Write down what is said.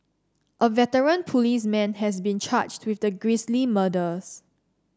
a veteran policeman has been charged with the grisly murders